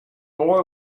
boy